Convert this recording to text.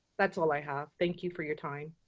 that's all i have. thank you for your time.